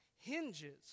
hinges